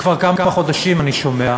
כבר כמה חודשים אני שומע,